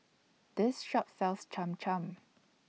This Shop sells Cham Cham